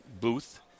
booth